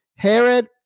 Herod